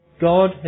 God